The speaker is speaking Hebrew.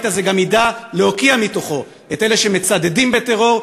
הזה גם ידע להוקיע את אלה שמצדדים בטרור,